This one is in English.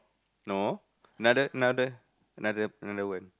no another another another another word